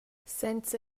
senza